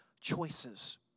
choices